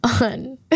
on